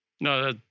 no